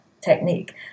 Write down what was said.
technique